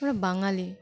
আমরা বাঙালি